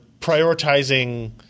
prioritizing